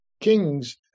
kings